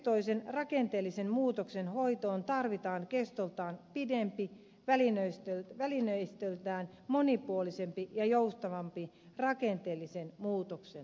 pitkäkestoisen rakenteellisen muutoksen hoitoon tarvitaan kestoltaan pidempi välineistöltään monipuolisempi ja joustavampi rakenteellisen muutoksen tuki